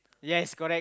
yes correct